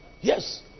Yes